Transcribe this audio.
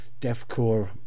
deathcore